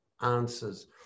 answers